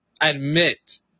admit